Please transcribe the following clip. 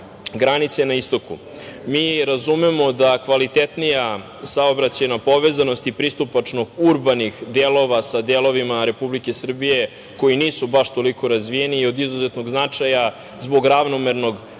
granice na istoku. Mi razumemo da kvalitetnija saobraćajna povezanost i pristupačno urbanih delova sa delovima Republike Srbije koji nisu baš toliko razvijeni je od izuzetnog značaja zbog ravnomernog